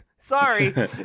Sorry